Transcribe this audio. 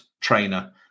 trainer